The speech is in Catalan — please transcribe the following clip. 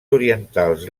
orientals